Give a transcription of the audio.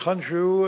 היכן שהוא,